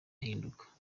ahinduka